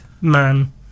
man